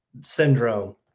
syndrome